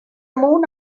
moon